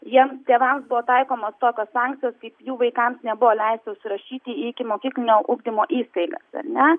jiems tėvams buvo taikomos tokios sankcijos kaip jų vaikams nebuvo leistas užsirašyti į ikimokyklinio ugdymo įstaigas ar ne